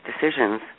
decisions